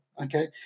Okay